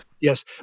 Yes